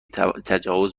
تجاوز